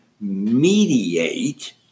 mediate